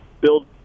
build –